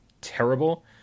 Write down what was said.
terrible